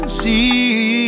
see